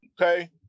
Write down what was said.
Okay